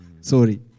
Sorry